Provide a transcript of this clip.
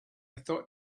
thought